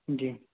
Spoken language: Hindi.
जी